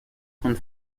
von